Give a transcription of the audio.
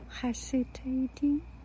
hesitating